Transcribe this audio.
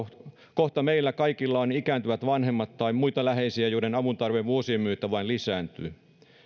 kohta meillä kaikilla on ikääntyvät vanhemmat tai muita läheisiä joiden avuntarve vuosien myötä vain lisääntyy